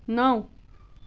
نَو